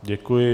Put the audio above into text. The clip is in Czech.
Děkuji.